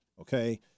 okay